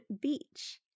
beach